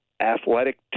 athletic